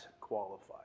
qualified